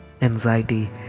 anxiety